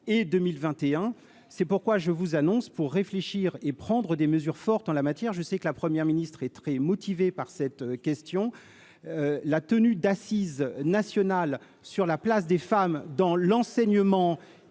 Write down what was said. et 2021, c'est pourquoi je vous annonce pour réfléchir et prendre des mesures fortes en la matière, je sais que la première ministre est très motivé par cette question, la tenue d'Assises nationales sur la place des femmes dans l'enseignement